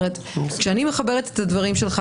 כשאני מחברת את הדברים שלך,